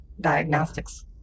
diagnostics